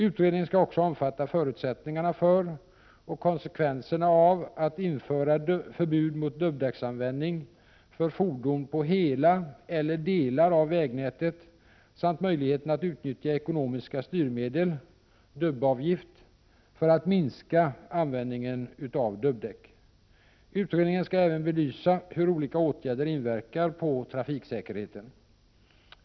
Utredningen skall också omfatta förutsättningarna för och konsekvenserna av att införa förbud mot dubbdäcksanvändning för fordon på hela eller delar av vägnätet samt möjligheten att utnyttja ekonomiska styrmedel för att minska användningen av dubbdäck. Utredningen skall även belysa hur olika åtgärder inverkar på trafiksäkerheten.